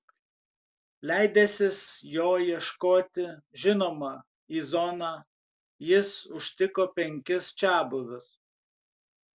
leidęsis jo ieškoti žinoma į zoną jis užtiko penkis čiabuvius